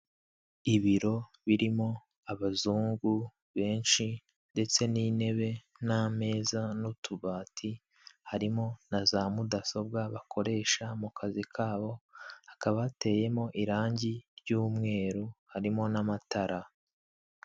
Ibiro birimo abazungu benshi ndetse n'intebe n'ameza n'utubati harimo na za mudasobwa bakoresha mu kazi kabo hakaba hateyemo irangi ry'umweru harimo n'amatara.